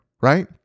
right